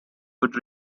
would